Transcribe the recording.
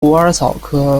虎耳草科